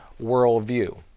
worldview